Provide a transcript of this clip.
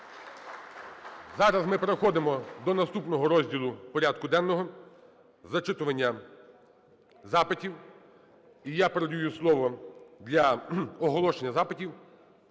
Зараз ми переходимо до наступного розділу порядку денного – зачитування запитів. І я передаю слово для оголошення запитів